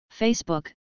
Facebook